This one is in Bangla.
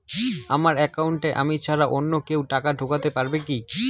আমার একাউন্টে আমি ছাড়া অন্য কেউ টাকা ঢোকাতে পারবে কি?